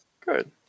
Good